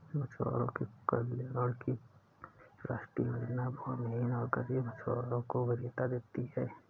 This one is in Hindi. मछुआरों के कल्याण की राष्ट्रीय योजना भूमिहीन और गरीब मछुआरों को वरीयता देती है